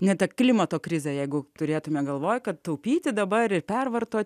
net kad klimato krizę jeigu turėtumėm galvoj kad taupyti dabar ir pervartot